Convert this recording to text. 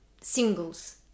singles